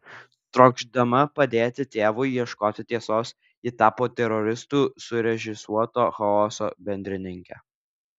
trokšdama padėti tėvui ieškoti tiesos ji tapo teroristų surežisuoto chaoso bendrininke